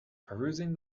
perusing